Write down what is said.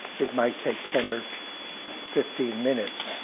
it might take ten or fifteen minutes.